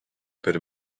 per